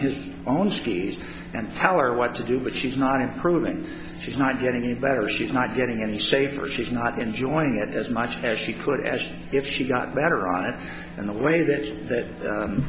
his own skis and how or what to do but she's not improving she's not getting any better she's not getting any safer she's not enjoying it as much as she could as if she got better on it and the way that that